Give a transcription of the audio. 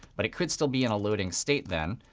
but it could still be in a loading state then,